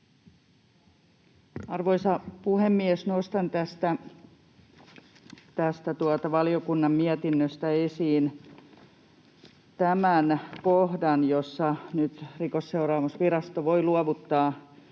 Arvoisa puhemies! Nostan tästä valiokunnan mietinnöstä esiin tämän kohdan, jossa Rikosseuraamusvirasto voi nyt luovuttaa